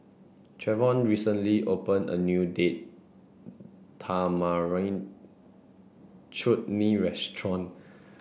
Trevon recently opened a new Date Tamarind Chutney Restaurant